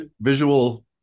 visual